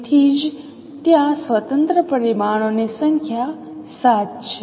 તેથી જ ત્યાં સ્વતંત્ર પરિમાણો ની સંખ્યા 7 છે